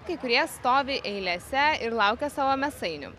kai kurie stovi eilėse ir laukia savo mėsainių